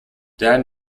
dan